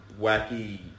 wacky